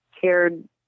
cared